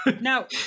now